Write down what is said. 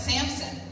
Samson